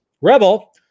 Rebel